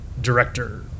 director